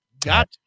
got